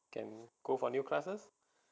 can go for new classes